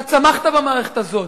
אתה צמחת במערכת הזאת.